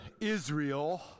Israel